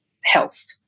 health